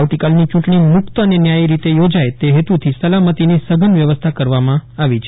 આવતીકાલની ચૂંટણી મુકત અને ન્યાયી રીતે યોજાય તે હેતુથી સલામતીની સઘન વ્યવસ્થા કરવામાં આવી છે